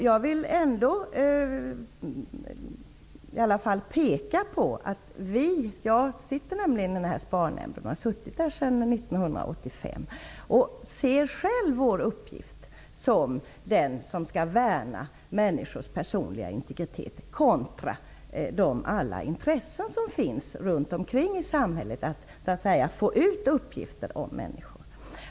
Jag vill peka på att vi -- jag sitter med i SPAR nämnden sedan 1985 -- själva ser det som vår uppgift att värna om människors personliga integritet kontra alla de intressen som finns runt omkring i samhället när det gäller att få uppgifter om människor.